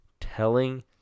telling